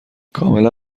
کاملا